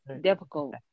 difficult